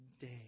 day